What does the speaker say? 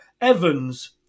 Evans